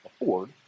afford